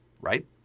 right